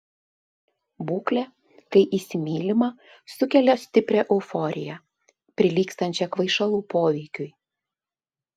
būklė kai įsimylima sukelia stiprią euforiją prilygstančią kvaišalų poveikiui